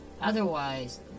Otherwise